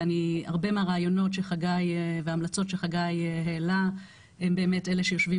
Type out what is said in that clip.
והרבה מהרעיונות וההמלצות שחגי העלה הם באמת אלו שיושבים